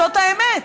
זאת האמת.